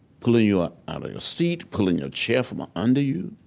pulling you out of your seat, pulling your chair from ah under you,